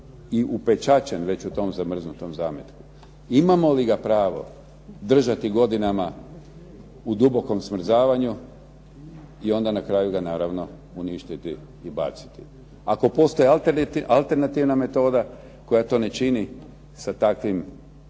zapečaćen u tom zamrznutom zametku. Imamo li ga pravo držati godinama u dubokom smrzavanju i onda na kraju ga uništiti i baciti. Ako postoji alternativna metoda koja to ne čini sa takvim